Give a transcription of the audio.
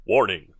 Warning